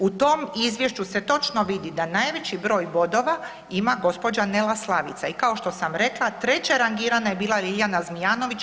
U tom Izvješću se točno vidi da najveći broj bodova ima gospođa Nela Slavica i kao što sam rekla treće rangirana je bila Ljiljana Zmijanović.